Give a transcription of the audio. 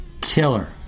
killer